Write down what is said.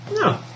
No